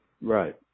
Right